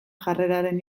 jarreraren